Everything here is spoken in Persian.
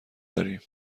داریم